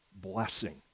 blessing